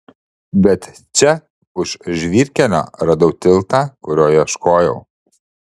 bet čia už žvyrkelio radau tiltą kurio ieškojau